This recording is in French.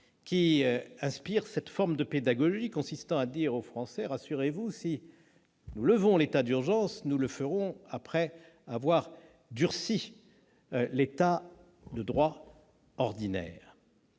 qui inspire cette forme de pédagogie consistant à dire aux Français :« Rassurez-vous, nous ne lèverons l'état d'urgence qu'après avoir durci l'état de droit ordinaire ».